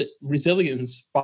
resilience